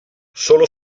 solo